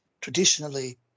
Traditionally